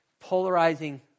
polarizing